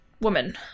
woman